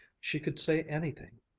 she could say anything,